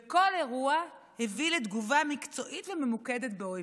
וכל אירוע הביא לתגובה מקצועית וממוקדת באויבינו.